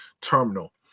Terminal